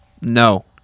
No